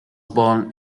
born